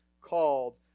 called